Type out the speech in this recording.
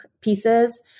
pieces